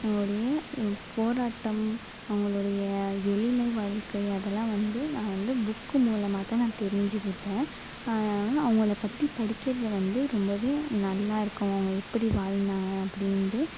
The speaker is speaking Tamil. உடைய போராட்டம் அவங்களுடைய எளிமை வாழ்க்கை அதலாம் வந்து நான் வந்து புக்கு மூலமாகதான் நான் தெரிஞ்சிக்கிட்டேன் அவங்களப் பற்றி படிக்கிறது வந்து ரொம்பவே நல்லா இருக்கும் அவங்க எப்படி வாழ்ந்தாங்க அப்படின்து